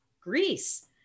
Greece